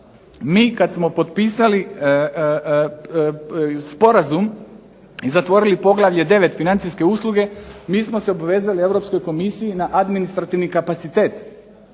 mi kada smo potpisali sporazum i zatvorili poglavlje 9. Financijske usluge, mi smo se obvezali Europskoj komisiji na administrativni kapacitet.